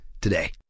today